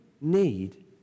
need